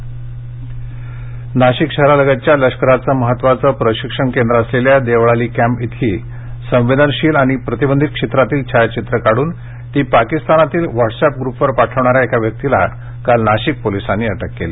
अटक नाशिक शहरालगतच्या लष्कराचं महत्वाचं प्रशिक्षण केंद्र असलेल्या देवळाली कॅम्प इथली संवेदनशील आणि प्रतिबंधीत क्षेत्रातील छायाचित्रं काढून ती पाकीस्तानमधील व्हॉटस ऍप ग्र्पवर पाठवणाऱ्या एका व्यक्तीला काल नाशिक पोलीसांनी अटक केली